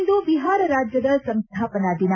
ಇಂದು ಬಿಹಾರ ರಾಜ್ಯದ ಸಂಸ್ವಾಪನಾ ದಿನ